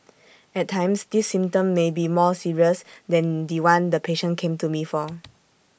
at times this symptom may be more serious than The One the patient came to me for